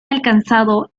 alcanzado